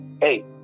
hey